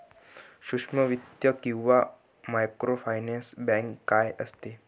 सूक्ष्म वित्त किंवा मायक्रोफायनान्स बँक काय असते?